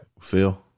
Phil